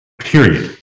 Period